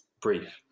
brief